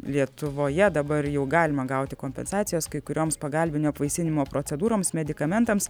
lietuvoje dabar jau galima gauti kompensacijas kai kurioms pagalbinio apvaisinimo procedūroms medikamentams